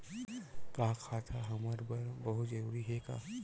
का खाता हमर बर बहुत जरूरी हे का?